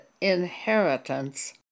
inheritance